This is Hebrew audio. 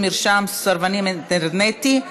מרשם סרבנים אינטרנטי),